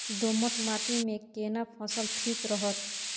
दोमट माटी मे केना फसल ठीक रहत?